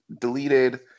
deleted